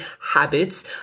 habits